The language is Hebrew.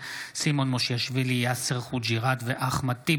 לשרפת בתים על יושביהם ביהודה ושומרון,